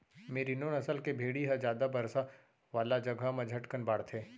मेरिनों नसल के भेड़ी ह जादा बरसा वाला जघा म झटकन बाढ़थे